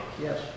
Yes